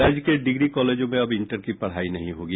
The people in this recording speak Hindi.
राज्य के डिग्री कॉलेजों में अब इंटर की पढ़ाई नहीं होगी